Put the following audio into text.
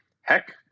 heck